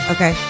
Okay